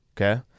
Okay